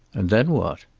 and then what?